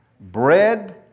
bread